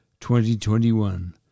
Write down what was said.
2021